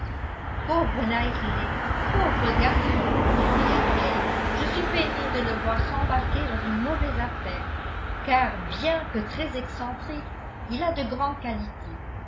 pauvre knightley pauvre garçon s'écria-t-elle je suis peinée de le voir s'embarquer dans une mauvaise affaire car bien que très excentrique il a de grandes qualités